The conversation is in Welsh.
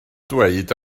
dweud